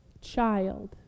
child